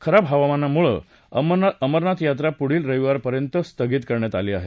खराब हवामानामुळे अमरनाथ यात्रा पुढील रविवार पर्यंत स्थगित करण्यात आली आहे